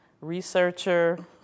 researcher